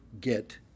get